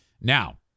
Now